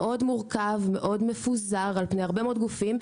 מורכב ומאוד מפוזר על פני הרבה מאוד גופים.